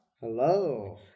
Hello